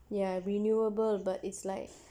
ya renewable but it's like